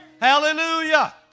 Hallelujah